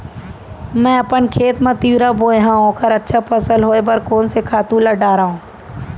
मैं अपन खेत मा तिंवरा बोये हव ओखर अच्छा फसल होये बर कोन से खातू ला डारव?